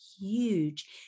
huge